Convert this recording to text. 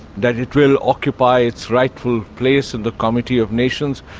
that it will occupy its rightful place in the comity of nations,